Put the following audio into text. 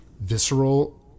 visceral